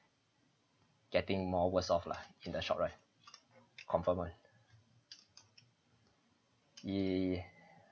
getting more worse off lah in the shop right confirm [one] y~